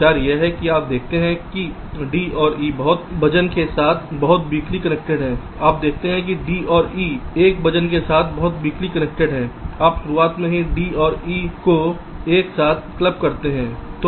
विचार यह है कि आप देखते हैं कि d और e बहुत 1 वजन के साथ बहुत वीकली कनेक्टेड है आप शुरुआत में ही d और e को एक साथ क्लब करते हैं